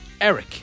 Eric